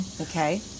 Okay